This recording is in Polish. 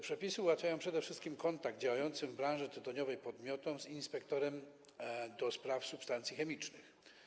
Przepisy te przede wszystkim ułatwiają kontakt działającym w branży tytoniowej podmiotom z inspektorem do spraw substancji chemicznych.